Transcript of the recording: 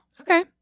Okay